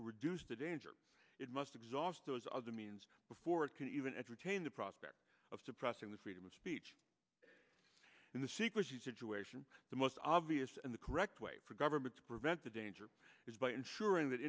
reduce the danger it must exhaust those other means before it can even entertain the prospect of suppressing the freedom of speech and the secrecy situation the most obvious and the correct way for government to prevent the danger is by ensuring that